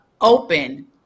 open